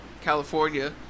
california